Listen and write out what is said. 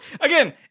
again